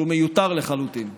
שהוא מיותר לחלוטין.